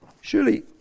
Surely